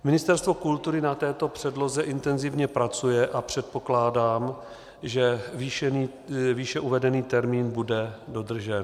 Ministerstvo kultury na této předloze intenzivně pracuje a předpokládám, že výše uvedený termín bude dodržen.